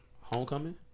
Homecoming